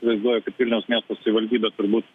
vaizduoja kad vilniaus miesto savivaldybė turbūt